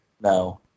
No